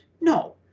No